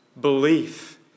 belief